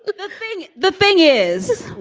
the thing the thing is,